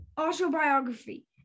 autobiography